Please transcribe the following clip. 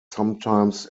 sometimes